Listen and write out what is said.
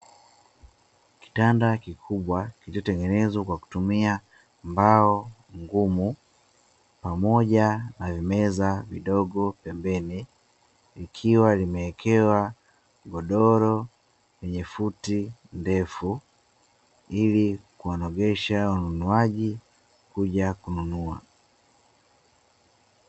Kitanda kikubwa kilichotengenezwa kwa kutumia mbao ngumu pamoja na vimeza vidogo pembeni likiwa limewekewa godoro lenye futi ndefu ili kuwanogesha ununuaji kuja kununua